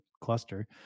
cluster